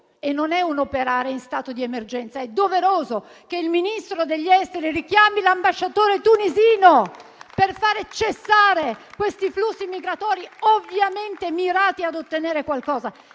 e non significa operare in stato di emergenza, è doveroso - che il Ministro degli esteri richiami l'ambasciatore tunisino per far cessare questi flussi migratori ovviamente mirati ad ottenere qualcosa